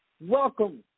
Welcome